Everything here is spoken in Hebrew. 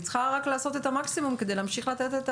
היא צריכה רק לעשות את המקסימום כדי להמשיך לתת.